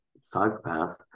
psychopath